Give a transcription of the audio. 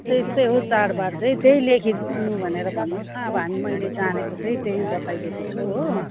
त्यस्तै हो चाड बाड चाहिँ त्यही लेखिदिनु भनेर भन्नु होस् न अब हामी मैले जानेको चाहिँ त्यही बताइदिएको छु हो